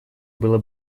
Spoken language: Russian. было